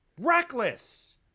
Reckless